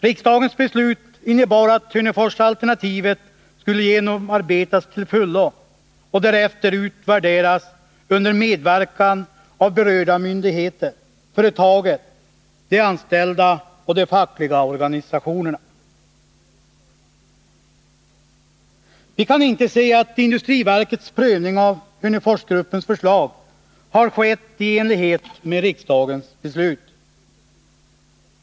Riksdagens beslut innebar att Hörneforsalternativet skulle genomarbetas till fullo och därefter utvärderas under medverkan av berörda myndigheter, företaget, de anställda och de fackliga organisationerna. Vi kan inte se att industriverkets prövning av Hörneforsgruppens förslag har skett i enlighet med riksdagens beslut.